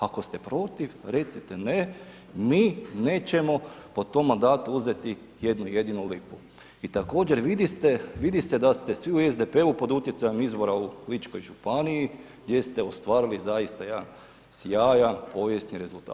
Ako ste protiv, recite ne, mi nećemo po tom mandatu uzeti jednu jedinu lipu i također, vidi se da ste svi u SDP-u pod utjecajem izbora u Ličkoj županiji gdje ste ostvarili zaista jedan sjajan povijesni rezultat.